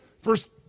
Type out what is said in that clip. First